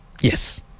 Yes